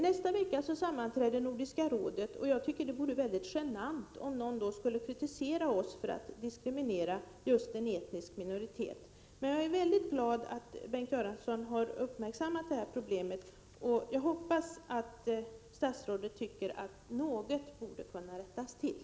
Nästa vecka sammanträder Nordiska rådet, och jag tycker att det vore väldigt genant om någon då skulle kritisera oss för att diskriminera en etnisk minoritet. Men jag är väldigt glad att Bengt Göransson har uppmärksammat problemet och hoppas att han tycker att något borde kunna rättas till.